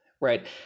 right